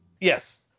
Yes